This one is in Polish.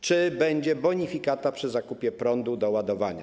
Czy będzie bonifikata przy zakupie prądu do ładowania?